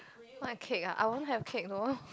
my cake ah I won't have cake though